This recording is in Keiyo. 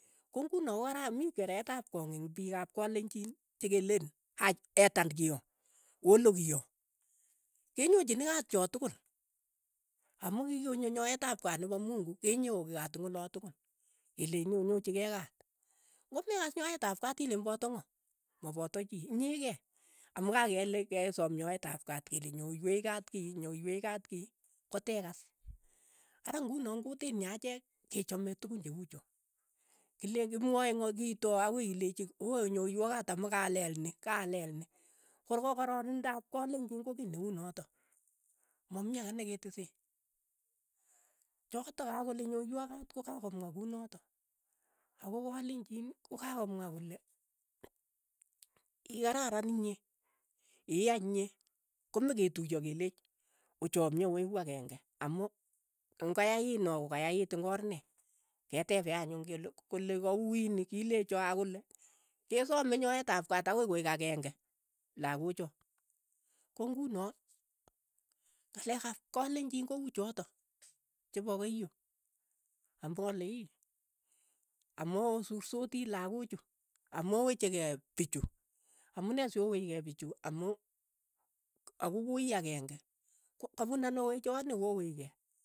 Ko ng'uno kokarar mi keret ap kong eng' piik ap kalenjin chekelen ach etan kiyo, olo kiyo, kenyochini kaat cho tokol, amu kikonyo nyoeet ap kaat nepo mungu, kenyoe kaat eng' olatokol, keleeni onyochikei kaat. ng'omekas nyoet ap kaat ileen pata ng'oo. mopoto chii, inyekei amu kakele kesoom nyoeet ap kaat kele nyoiweech kaat kii, nyoiweet kaat kii, kotekas, ara ng'uno eng kutit nyo achek kechome tukun che ucho, kile kimwae ngo kito ako ilechi ooh nyoiwo kaat amu kaleel ni, kaleel ni, korko kororindo ap kalenjin ko kiy ne unotok, mamii ake neketesee, chokotoch kakole nyoiwo kaat kokakomwa kunotok, ako kalenjin kokakomwaa kole ikararan inye, iya inye, komaketuiyo keleech ochamye oeku akeng'e amu ng'ayait no kokayait eng oor ne, ketepe anyun kele kole kauuni kilecho ak kole, kesome nyoeet ap kaat akoi koeek akeng'e lakoocho, ko ng'uno ng'alek ap kalenjin ko uchotok, chepo keiyo, ambole ii, amoosursoti lakochu, amowecheke pichu, amune so wech kei pichu amu ako ko ii akeng'e ko kapun ano wechoni kowech kei.